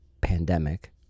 pandemic